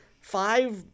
Five